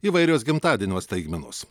įvairios gimtadienio staigmenos